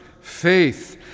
faith